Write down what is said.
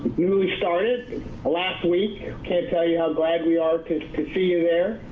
newly started and last week. i can't tell you how glad we are to see you there.